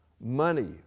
money